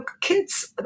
kids